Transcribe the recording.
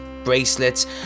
bracelets